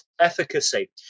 efficacy